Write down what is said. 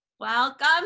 Welcome